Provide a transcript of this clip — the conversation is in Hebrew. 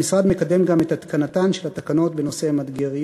המשרד מקדם גם את התקנתן של התקנות בנושא מדגריות,